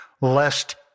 lest